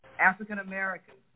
African-Americans